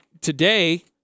today